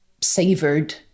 Savored